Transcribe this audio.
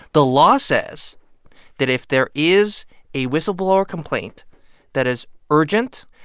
the law says that if there is a whistleblower complaint that is urgent,